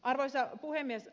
arvoisa puhemies